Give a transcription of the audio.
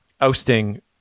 ousting